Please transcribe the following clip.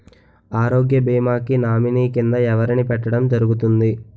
ఆరోగ్య భీమా కి నామినీ కిందా ఎవరిని పెట్టడం జరుగతుంది?